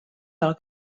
del